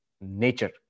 nature